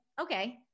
okay